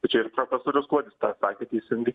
tai čia ir profesorius kuodis tą sakė teisingai